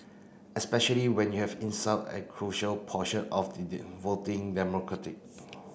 especially when you have insult a crucial portion of the voting demographic